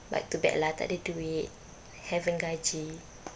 but too bad lah tak ada duit haven't gaji